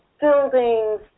buildings